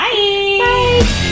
Bye